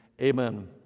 Amen